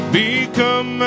become